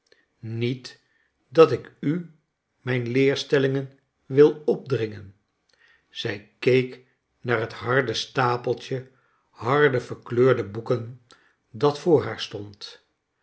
niet dat ik u mijn leerstellingen wil opdringen zij keek naar het harde stapeltje harde verkleurde boeken dat voor haar stond